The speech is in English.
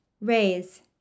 raise